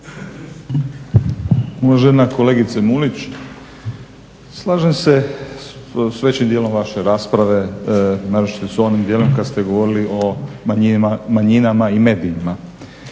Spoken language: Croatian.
Uvažena kolegice Mulić, slažem se s većim dijelom vaše rasprave naročito s onim dijelom kada ste govorili o manjima i medijima.